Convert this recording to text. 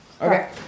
Okay